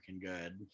good